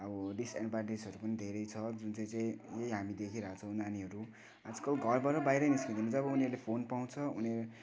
अब डिसएडभान्टेजहरू पनि धेरै छ जुन चाहिँ चाहिँ हामीले देखिरहेको छौँ नानीहरू आजकल घरबाट बाहिरै निस्किन्दैन जब उनीहरूले फोन पाउँछ उनी